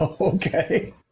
Okay